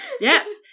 Yes